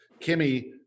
Kimmy